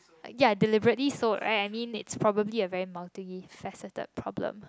ya deliberately sold right I mean it's probably a very multi faceted problem